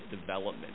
development